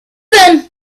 them